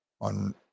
on